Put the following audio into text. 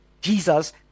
Jesus